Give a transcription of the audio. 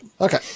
Okay